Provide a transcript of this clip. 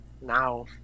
Now